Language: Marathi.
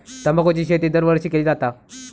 तंबाखूची शेती दरवर्षी केली जाता